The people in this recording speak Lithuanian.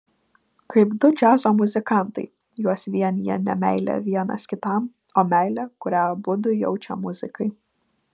kaip du džiazo muzikantai juos vienija ne meilė vienas kitam o meilė kurią abudu jaučia muzikai